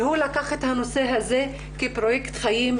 והוא לקח את הנושא הזה כפרויקט חיים,